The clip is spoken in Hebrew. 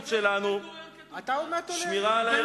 שלנו, אתה משתמש בבן-גוריון כדוגמה.